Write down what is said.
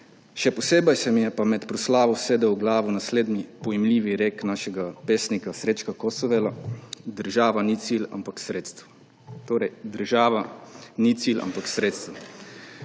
Še posebej se mi je pa med proslavo usedel v glavo naslednji pojmljivi rek našega pesnika Srečka Kosovela: »Država ni cilj, ampak sredstvo.«